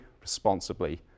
responsibly